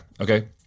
Okay